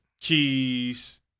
keys